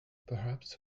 perhaps